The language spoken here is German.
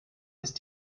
ist